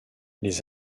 les